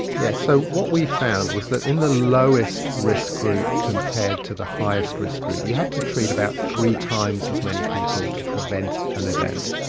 yeah so what we found was that in the lowest risk group compared to the highest risk group, you had to treat about three times as many people to prevent an event.